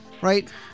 right